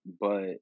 but-